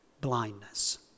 blindness